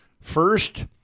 first